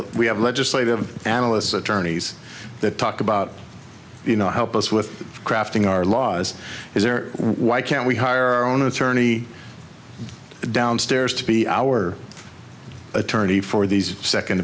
a we have legislative analyst's attorneys that talk about you know help us with crafting our laws is there why can't we hire our own attorney downstairs to be our attorney for these second